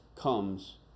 comes